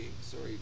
Sorry